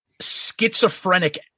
schizophrenic